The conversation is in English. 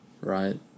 right